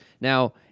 Now